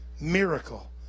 miracle